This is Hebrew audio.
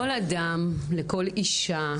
אדם, לכל אישה,